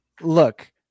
Look